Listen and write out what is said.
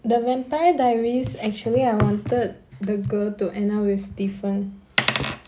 the vampire diaries actually I wanted the girl to end up with stefan